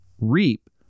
reap